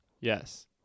Yes